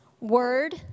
word